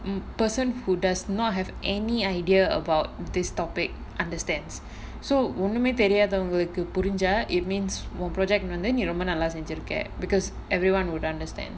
um person who does not have any idea about this topic understands so ஒன்னுமே தெரியாதவங்களுக்கு புரிஞ்சா:onnumae theriyathavangalukku purinjaa it means oh project வந்து நீ ரொம்ப நல்லா செஞ்சிருக்க:vanthu nee romba nallaa senjirukka because everyone would understand